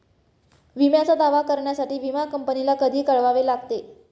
विम्याचा दावा करण्यासाठी विमा कंपनीला कधी कळवावे लागते?